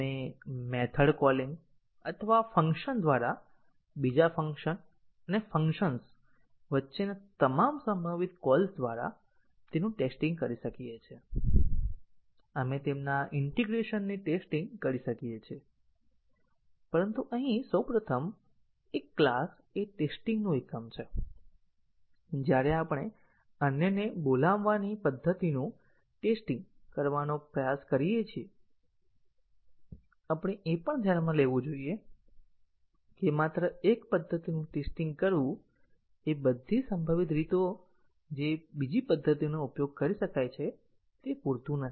આપણે method calling અથવા function દ્વારા બીજા ફંક્શન અને ફંક્શન્સ વચ્ચેના તમામ સંભવિત કોલ્સ દ્વારા તેનું ટેસ્ટીંગ કરી શકીએ છીએ આપણે તેમના ઈન્ટીગ્રેશન ની ટેસ્ટીંગ કરી શકીએ છીએ પરંતુ અહીં સૌ પ્રથમ એક ક્લાસ એ ટેસ્ટીંગ નું એકમ છે અને જ્યારે આપણે અન્યને બોલાવવાની પદ્ધતિનું ટેસ્ટીંગ કરવાનો પ્રયાસ કરીએ છીએ પદ્ધતિઓ આપણે એ પણ ધ્યાનમાં લેવું જોઈએ કે માત્ર એક પદ્ધતિનું ટેસ્ટીંગ કરવું એ બધી સંભવિત રીતો જે બીજી પદ્ધતિનો ઉપયોગ કરી શકાય છે તે પૂરતું નથી